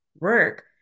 work